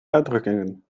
uitdrukkingen